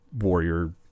warrior